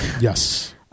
yes